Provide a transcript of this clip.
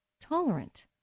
tolerant